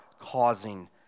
causing